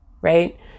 right